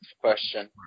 question